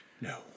No